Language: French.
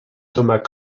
thomas